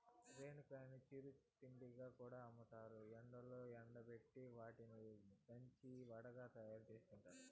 రేణిగాయాలను చిరు తిండిగా కూడా అమ్ముతారు, ఎండలో ఎండబెట్టి వాటిని దంచి వడలుగా తయారుచేసి తింటారు